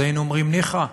אז היינו אומרים ניחא.